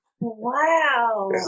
Wow